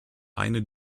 eine